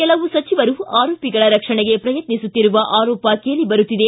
ಕೆಲವು ಸಚಿವರು ಆರೋಪಿಗಳ ರಕ್ಷಣೆಗೆ ಪ್ರಯತ್ನಿಸುತ್ತಿರುವ ಆರೋಪ ಕೇಳಿಬರುತ್ತಿದೆ